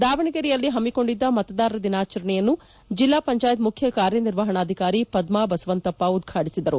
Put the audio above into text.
ದಾವಣಗೆರೆಯಲ್ಲಿ ಹಮ್ಮಿಕೊಂಡಿದ್ದ ಮತದಾರರ ದಿನಾಚರಣೆಯನ್ನು ಜಿಲ್ಲಾ ಪಂಚಾಯತ್ ಮುಖ್ಯ ಕಾರ್ಯನಿರ್ವಾಹಣಾಧಿಕಾರಿ ಪದ್ಮಾಬಸವಂತಪ್ಪ ಉದ್ಘಾಟಿಸಿದರು